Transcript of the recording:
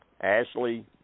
Ashley